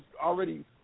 already